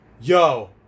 Yo